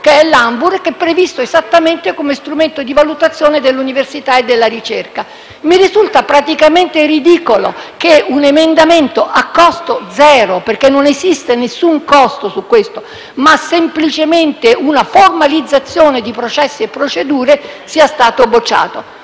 che è l'Anvur, previsto esattamente come strumento di valutazione dell'università e della ricerca. Mi risulta praticamente ridicolo che un emendamento a costo zero - perché non esiste nessun costo su questo, ma semplicemente una formalizzazione di processi e procedure - sia stato bocciato.